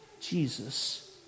Jesus